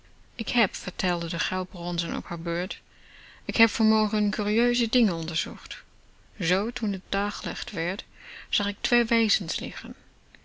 ik heb vertelde de goud bronzen op haar beurt ik heb vanmorgen kurieuze dingen onderzocht zoo toen t daglicht werd zag ik twee wezens liggen